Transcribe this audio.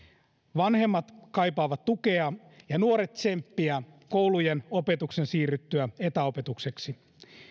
vanhemmat kaipaavat tukea ja nuoret tsemppiä koulujen opetuksen siirryttyä etäopetukseksi